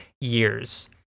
years